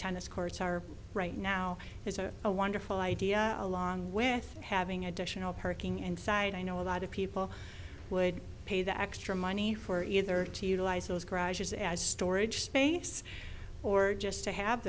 tennis courts are right now is a a wonderful idea along with having additional parking and side i know a lot of people would pay the extra money for either to utilize those garages as storage space or just to have